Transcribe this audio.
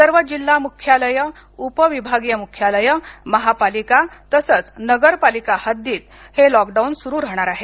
सर्व जिल्हा मुख्यालये उप विभागीय मुख्यालये महापालिका तसच नगरपालिका हद्दीत हे लॉक डाऊन सुरु राहणार आहे